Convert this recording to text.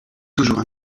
toujours